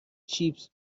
چیپس